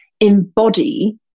embody